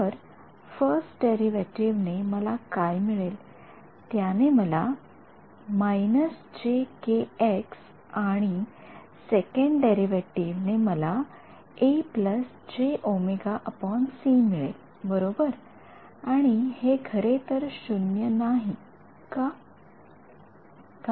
तर first derivative ने मला काय मिळेल त्याने मला jkx आणि सेकंड डेरीवेटीव्ह ने मला a jwc मिळेल बरोबर आणि हे खरेतर शून्य नाही का